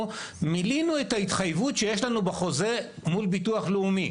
מילאנו את ההתחייבות שיש לנו בחוזה מול ביטוח לאומי.